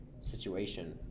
situation